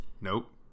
Nope